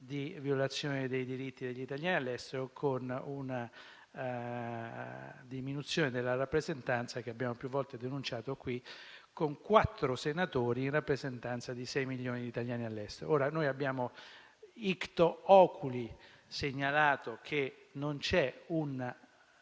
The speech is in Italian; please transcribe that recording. di violazione dei diritti degli italiani all'estero. Si tratta di una diminuzione della rappresentanza che abbiamo più volte denunciato in questa sede, con quattro senatori in rappresentanza di sei milioni di italiani all'estero. Noi abbiamo, *ictu oculi*, segnalato che non c'è una